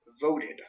voted